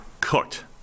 cooked